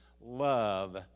love